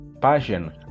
passion